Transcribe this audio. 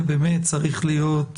באמת הם צריכים להיות